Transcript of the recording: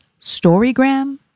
Storygram